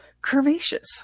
curvaceous